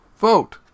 vote